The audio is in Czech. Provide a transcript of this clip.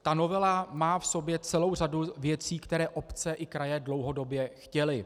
Ta novela má v sobě celou řadu věcí, které obce i kraje dlouhodobě chtěly.